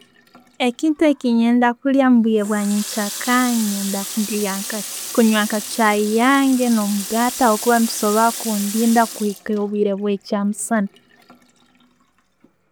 Ekintu kyenkwenda kulya omubwire bwanyenkyakara nenyenda nka kun- kunywa chai yange no'mugati habwokuba nebisobora kundinda kwiika obwiire bwa kyamusana.